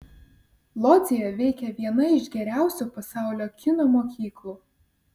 lodzėje veikia viena iš geriausių pasaulio kino mokyklų